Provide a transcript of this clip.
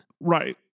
Right